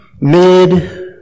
mid